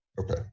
Okay